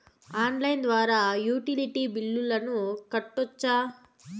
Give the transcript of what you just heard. Online ద్వారా utility బిల్లులను కట్టొచ్చా?